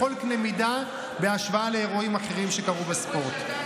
בכל קנה מידה בהשוואה לאירועים אחרים שקרו בספורט.